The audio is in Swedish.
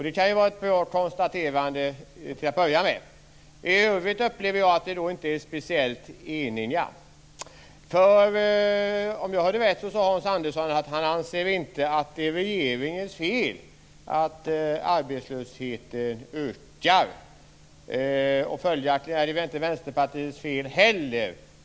Det kan vara ett bra konstaterande till att börja med. I övrigt upplever jag att vi inte är speciellt eniga. Om jag hörde rätt sade Hans Andersson att han inte anser att det är regeringens fel att arbetslösheten ökar. Följaktligen är det inte Vänsterpartiets fel heller.